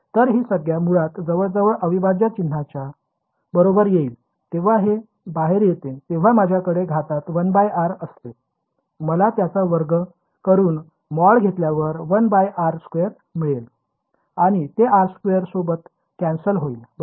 तर ही संज्ञा मुळात जवळजवळ अविभाज्य चिन्हाच्या बाहेर येईल जेव्हा हे बाहेर येते तेव्हा माझ्याकडे घातात 1 r असते मला त्याचा वर्ग करून मॉड घेतल्यावर 1R2 मिळेल आणि ते R2 सोबत कॅन्सल होईल बरोबर